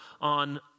on